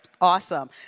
Awesome